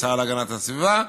לשר להגנת הסביבה,